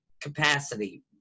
capacity